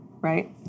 right